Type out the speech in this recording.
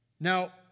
Now